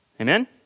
Amen